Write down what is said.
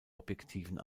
objektiven